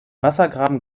wassergraben